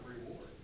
rewards